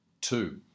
two